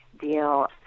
deal